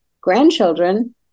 grandchildren